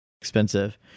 expensive